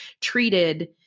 treated